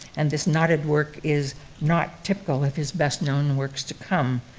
and this knotted work is not typical of his best-known works to come.